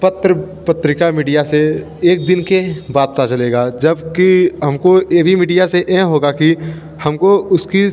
पत्र पत्रिका मीडिया से एक दिन के बाद पता चलेगा जब कि हम को ए वी मीडिया से यह होगा कि हम को उसकी